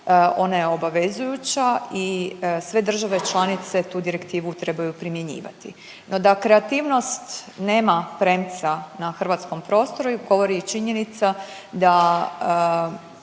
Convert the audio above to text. ona je obavezujuća i sve države članice tu direktivu trebaju primjenjivati. No, da kreativnost nema premca na hrvatskom prostoru govori i činjenica da